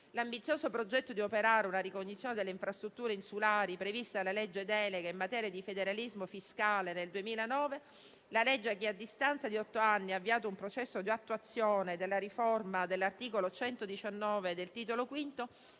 L'ambizioso progetto di operare una ricognizione delle infrastrutture insulari, previsto dalla legge delega in materia di federalismo fiscale nel 2009 - la legge che a distanza di otto anni ha avviato un processo di attuazione della riforma dell'articolo 119 del Titolo V,